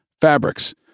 fabrics